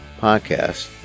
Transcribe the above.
podcast